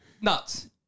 nuts